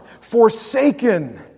forsaken